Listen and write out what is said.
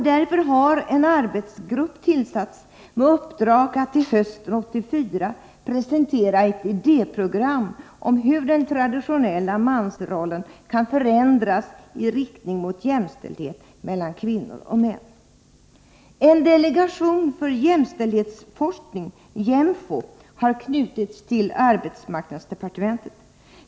Därför har en arbetsgrupp tillsatts med uppdrag att till hösten 1984 presentera ett idéprogram om hur den traditionella mansrollen kan förändras i riktning mot jämställdhet mellan kvinnor och män. En delegation för jämställdhetsforskning, JÄMFO, har knutits till arbetsmarknadsdepartementet.